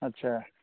अच्छा